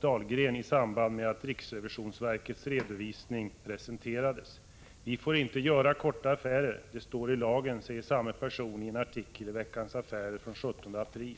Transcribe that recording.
Dahlgren i samband med att riksrevisionsverkets redovisning presenterades. Vi får inte göra korta affärer, det står i lagen, säger samme person i en artikel i Veckans Affärer från den 17 april.